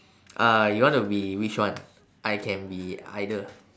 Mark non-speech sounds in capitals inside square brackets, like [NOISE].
[BREATH] uh you want to be which one I can be either